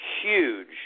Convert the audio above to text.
huge